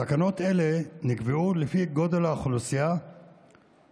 תקנות אלה נקבעו לפי גודל האוכלוסייה והביקוש,